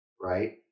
right